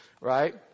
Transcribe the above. Right